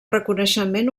reconeixement